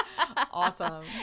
Awesome